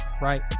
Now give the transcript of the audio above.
right